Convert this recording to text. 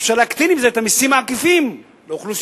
אפשר להקטין עם זה את המסים העקיפים לאוכלוסייה.